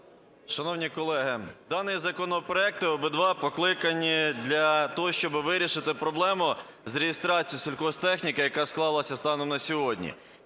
Шановні колеги, дані законопроекти обидва покликані для того, щоби вирішити проблему з реєстрацією сільгосптехніки, яка склалася станом на сьогодні.